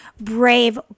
brave